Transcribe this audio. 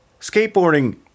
skateboarding